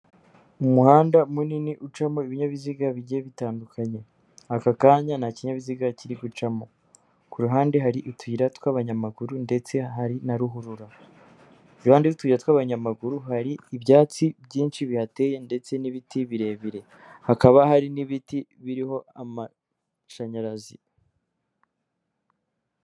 Umuhanda munini ucamo ibinyabiziga bigiye bitandukanye, aka kanya nta kinyabiziga kiri gucamo, ku ruhande hari utuyira tw'abanyamaguru ndetse hari na ruhurura, iruhande rw'utuyira tw'abanyamaguru hari ibyatsi byinshi bihateye ndetse n'ibiti birebire, hakaba hari n'ibiti biriho amashanyarazi.